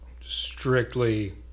strictly